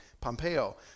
Pompeo